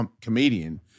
comedian